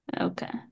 Okay